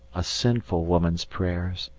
a sinful woman's prayers,